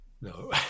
no